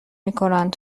میکنند